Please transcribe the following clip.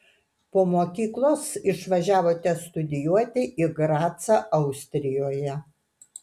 po mokyklos išvažiavote studijuoti į gracą austrijoje